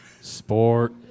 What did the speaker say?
sport